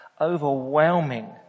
overwhelming